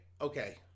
okay